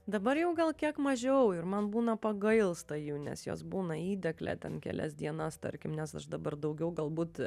dabar jau gal kiek mažiau ir man būna pagailsta nes jos būna įdėkle ten kelias dienas tarkim nes aš dabar daugiau galbūt